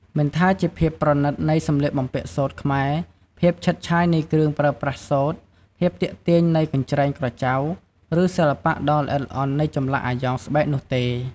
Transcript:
មិនថាជាភាពប្រណិតនៃសម្លៀកបំពាក់សូត្រខ្មែរ ភាពឆើតឆាយនៃគ្រឿងប្រើប្រាស់សូត្រ ភាពទាក់ទាញនៃកញ្រ្ចែងក្រចៅ ឬសិល្បៈដ៏ល្អិតល្អន់នៃចម្លាក់អាយ៉ងស្បែកនោះទេ។